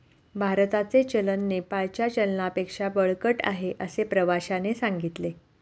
भारताचे चलन नेपाळच्या चलनापेक्षा बळकट आहे, असे प्रवाश्याने सांगितले